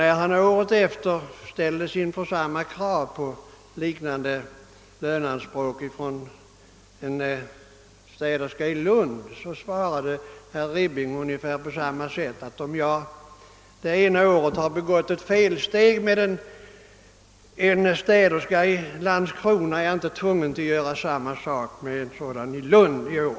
När han året efter ställdes inför en begäran om en liknande löneförhöjning från en städerska i Lund, svarade herr Billing ungefär på samma sätt: Om jag det ena året har begått ett felsteg med en städerska i Landskrona, är jag inte tvungen att göra samma sak med en städerska i Lund nästa år.